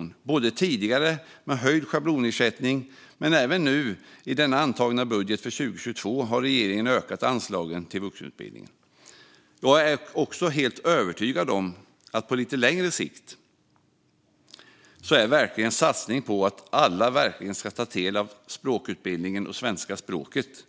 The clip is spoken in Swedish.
Det gäller både tidigare med höjd schablonersättning och nu i den antagna budgeten för 2022, där regeringen har ökat anslagen till vuxenutbildningen. Jag är också helt övertygad om att en satsning på att alla ska ta del av språkutbildningen och svenska språket